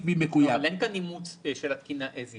אין כאן אימוץ של התקינה כפי שהיא.